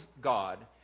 God